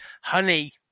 Honey